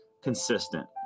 consistent